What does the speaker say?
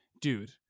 dude